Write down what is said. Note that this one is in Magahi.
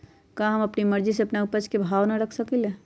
का हम अपना मर्जी से अपना उपज के भाव न रख सकींले?